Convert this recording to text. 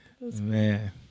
Man